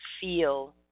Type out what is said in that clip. feel